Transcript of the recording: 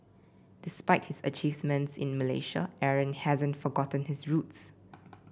despite his achievements in Malaysia Aaron hasn't forgotten his roots